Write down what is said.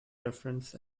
reference